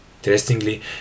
Interestingly